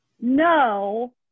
No